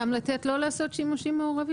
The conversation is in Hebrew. גם לתת לו לעשות שימושים מעורבים?